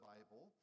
Bible